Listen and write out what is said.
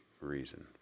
reason